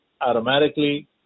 automatically